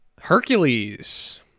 Hercules